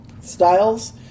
styles